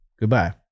Goodbye